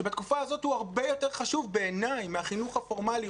שבתקופה הזאת הוא הרבה יותר חשוב בעיניי מהחינוך הפורמלי.